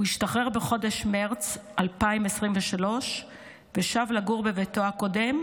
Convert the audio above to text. הוא השתחרר בחודש מרץ 2023 ושב לגור בביתו הקודם,